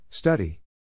Study